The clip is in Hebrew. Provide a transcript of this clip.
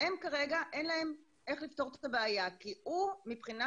אין להם דרך לפתור את הבעיה כי מבחינת